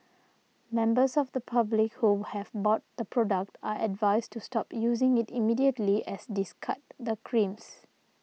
members of the public who have bought the product are advised to stop using it immediately as discard the creams